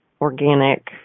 organic